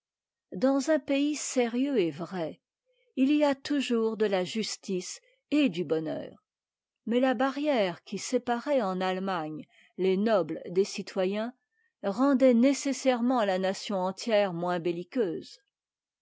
dans un pays sérieux et vrai il y a toujours de la justice et du bonheur mais la barrière qui séparait en allemagne les nobles des citoyens rendait nécessairement la nation entière moins belliqueuse